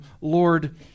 Lord